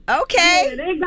okay